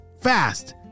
Fast